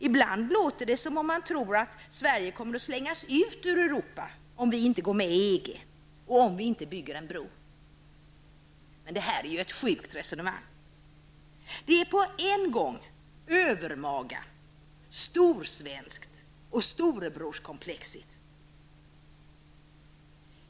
Ibland låter det som om man tror att Sverige kommer att slängas ut ur Europa, om vi inte går med i EG och om vi inte bygger en bro. Detta är ju ett sjukt resonemang, som på en gång är överlaga, storsvenskt och ''storebrorskomplexigt''.